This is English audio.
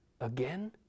again